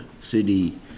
city